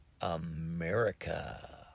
America